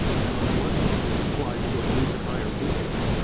and on the one hand, it's applied to a belief in higher being,